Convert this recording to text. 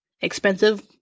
expensive